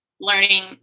learning